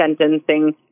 sentencing